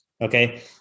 okay